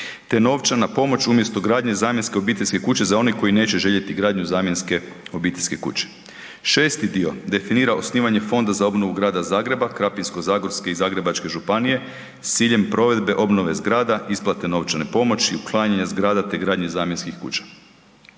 te novčana pomoć, umjesto gradnje zamjenske obiteljske kuće za one koji neće željeti gradnju zamjenske obiteljske kuće. Šesti dio definira osnivanje Fonda za obnovu grada Zagreba, Krapinsko-zagorske i Zagrebačke županije s ciljem provedbe obnove zgrada, isplate novčane pomoći, uklanjanja zgrada te gradnje zamjenskih kuća.